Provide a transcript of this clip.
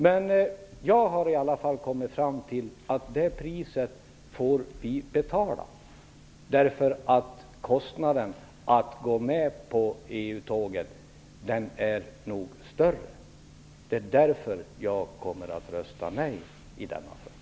Men jag har i alla fall kommit fram till att vi får betala det priset, därför att kostnaden att gå på EU-tåget nog är större. Det är därför som jag kommer att rösta nej i denna fråga.